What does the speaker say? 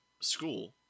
School